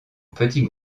petit